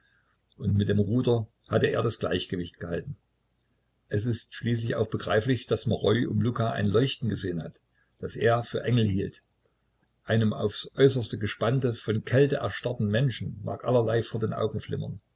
und mit dem ruder hatte er das gleichgewicht gehalten es ist schließlich auch begreiflich daß maroi um luka ein leuchten gesehen hat das er für engel hielt einem aufs äußerste gespannten vor kälte erstarrten menschen mag allerlei vor den augen